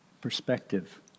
perspective